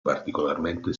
particolarmente